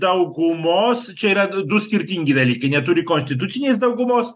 daugumos čia yra du skirtingi dalykai neturi konstitucinės daugumos